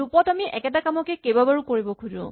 loop ত আমি একেটা কামকে কেইবাবাৰো কৰিব খোজো